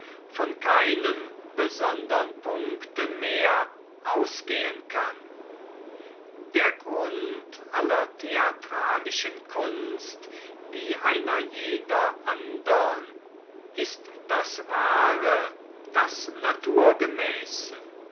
von keinem besondern punkte mehr ausgehen kann der grund aller theatralischen kunst wie einer jeder andern ist das wahre das